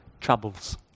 troubles